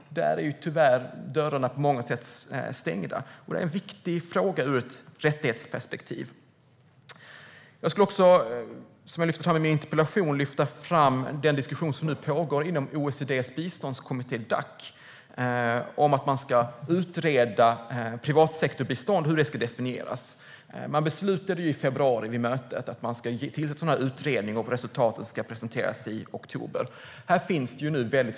Här är dörrarna på många sätt stängda. Det är en viktig fråga ur ett rättighetsperspektiv. I min interpellation lyfte jag fram den diskussion om att utreda hur privatsektorbistånd ska definieras som pågår inom OECD:s biståndskommitté Dac. Vid mötet i februari beslutade man att tillsätta en sådan utredning, och resultatet ska presenteras i oktober.